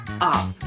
up